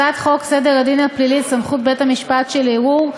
הצעת חוק סדר הדין הפלילי (סמכות בית-המשפט שלערעור)